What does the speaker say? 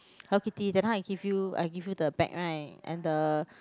Hello Kitty then I give you I give you the bag right and the